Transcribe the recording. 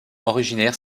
originaires